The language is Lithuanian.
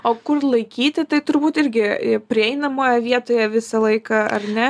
o kur laikyti tai turbūt irgi prieinamoje vietoje visą laiką ar ne